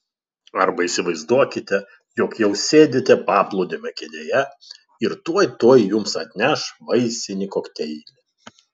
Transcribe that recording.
arba įsivaizduokite jog jau sėdite paplūdimio kėdėje ir tuoj tuoj jums atneš vaisinį kokteilį